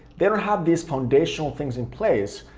they don't have these foundational things in place,